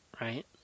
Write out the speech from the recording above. right